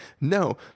no